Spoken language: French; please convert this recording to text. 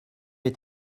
est